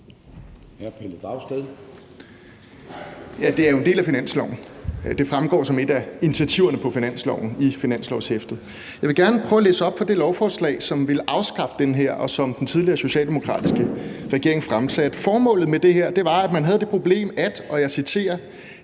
del af forslaget til finanslov. Det fremgår som et af initiativerne på forslaget til finanslov i finanslovshæftet. Jeg vil gerne læse op fra det lovforslag, som ville afskaffe det her, og som den tidligere socialdemokratiske regering fremsatte. Formålet med det her var, at man havde dette problem, og jeg citerer: